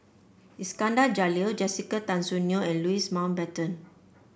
Iskandar Jalil Jessica Tan Soon Neo and Louis Mountbatten